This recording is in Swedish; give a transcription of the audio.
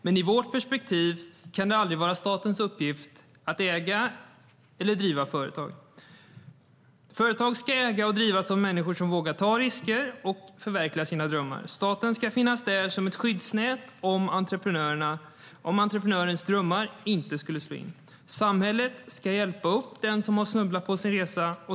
Men i vårt perspektiv kan det aldrig vara statens uppgift att äga eller driva företag. Företag ska ägas och drivas av människor som vågar ta risker och förverkliga sina drömmar. Staten ska finnas där som ett skyddsnät om entreprenörens drömmar inte skulle slå in. Samhället ska hjälpa upp den som har snubblat på sin resa.